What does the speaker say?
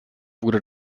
wurde